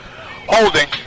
Holding